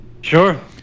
Sure